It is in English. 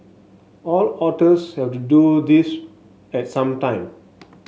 all otters have to do this at some time